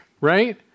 right